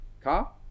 car